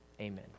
Amen